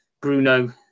Bruno